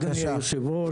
אדוני היושב-ראש,